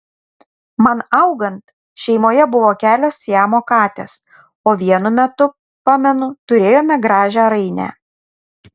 man augant šeimoje buvo kelios siamo katės o vienu metu pamenu turėjome gražią rainę